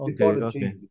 okay